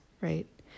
Right